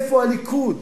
איפה הליכוד?